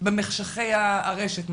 במחשכי הרשת,